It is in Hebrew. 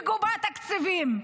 מגובה בתקציבים,